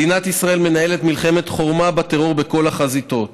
מדינת ישראל מנהלת מלחמת חורמה בטרור בכל החזיתות.